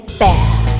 bad